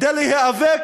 כדי להיאבק